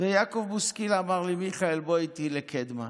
ויעקב בוסקילה אמר לי: מיכאל, בוא איתי לקדמה.